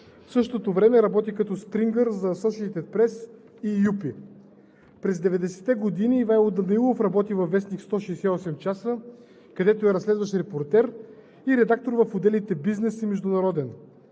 В същото време работи като стрингър за „Асошиейтед Прес“ и ЮПИ. През 90-те години Ивайло Данаилов работи във вестник „168 часа“, където е разследващ репортер и редактор в отделите „Бизнес“ и „Международен“.